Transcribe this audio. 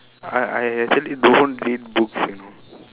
I I actually don't read books you know